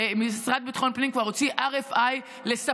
המשרד לביטחון פנים כבר הוציא RFI לספקים,